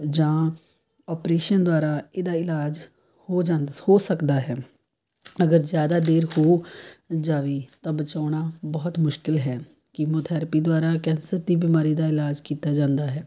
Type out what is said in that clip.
ਜਾਂ ਓਪਰੇਸ਼ਨ ਦੁਆਰਾ ਇਹਦਾ ਇਲਾਜ ਹੋ ਜਾਂਦਾ ਹੋ ਸਕਦਾ ਹੈ ਅਗਰ ਜ਼ਿਆਦਾ ਦੇਰ ਹੋ ਜਾਵੇ ਤਾਂ ਬਚਾਉਣਾ ਬਹੁਤ ਮੁਸ਼ਕਲ ਹੈ ਕੀਮੋਥੈਰੇਪੀ ਦੁਆਰਾ ਕੈਂਸਰ ਦੀ ਬਿਮਾਰੀ ਦਾ ਇਲਾਜ ਕੀਤਾ ਜਾਂਦਾ ਹੈ